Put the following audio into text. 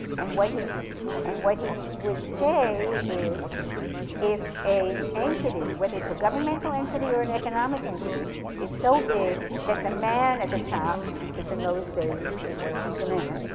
and what he and what he would say is if an entity whether it's a government entity or an economic entity is so big that the man at the top, because in those days it was the man